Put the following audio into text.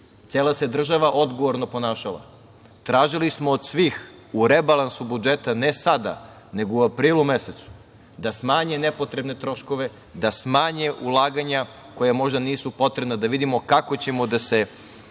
Cela se država odgovorno ponašala. Tražili smo od svih u rebalansu budžeta, ne sada nego u aprilu mesecu da smanje nepotrebne troškove, da smanje ulaganja koja možda nisu potrebna da vidimo kako ćemo da